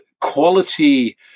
quality